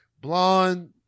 blonde